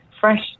fresh